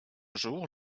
jour